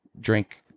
drink